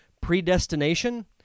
Predestination